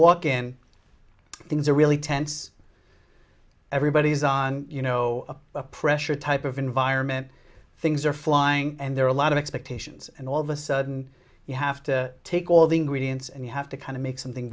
walk in things are really tense everybody is on you know a pressure type of environment things are flying and there are a lot of expectations and all of a sudden you have to take all the ingredients and you have to kind of make something